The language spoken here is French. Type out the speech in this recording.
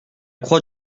croix